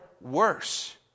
worse